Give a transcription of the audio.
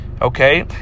Okay